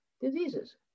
diseases